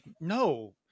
no